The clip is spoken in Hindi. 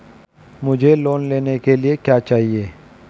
मुझे लोन लेने के लिए क्या चाहिए?